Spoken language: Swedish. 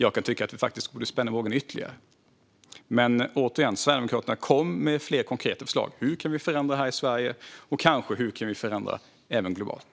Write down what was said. Jag kan tycka att vi borde spänna bågen högre. Men återigen: Sverigedemokraterna! Kom med fler konkreta förslag på hur vi kan förändra här i Sverige och kanske även globalt!